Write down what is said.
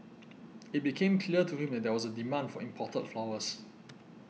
it became clear to him that there was a demand for imported flowers